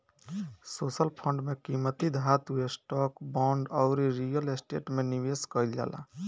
social fund में कीमती धातु, स्टॉक, बांड अउरी रियल स्टेट में निवेश कईल जाला